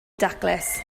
daclus